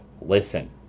listen